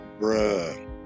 Bruh